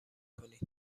کنید